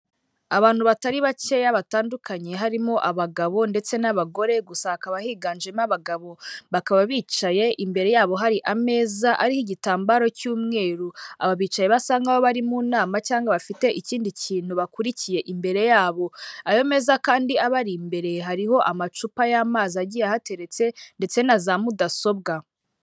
Abantu batari bakeya batandukanye, harimo abagabo ndetse n'abagore, gusa akaba higanjemo abagabo, bakaba bicaye imbere yabo hari ameza ariho igitambaro cy'umweru, aba bicayeyi basa nk' bari mu nama cyangwa bafite ikindi kintu bakurikiye imbere yabo, ayo meza kandi abari imbere hariho amacupa y'amazi agiye ahateretse ndetse na za mudasobwa.